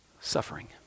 Suffering